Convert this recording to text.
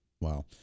Wow